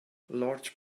large